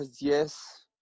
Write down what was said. yes